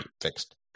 fixed